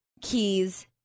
keys